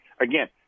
Again